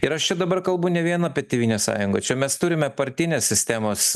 ir aš čia dabar kalbu ne vien apie tėvynės sąjungą čia mes turime partinės sistemos